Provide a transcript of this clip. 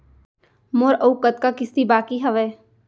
मोर अऊ कतका किसती बाकी हवय?